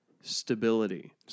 Stability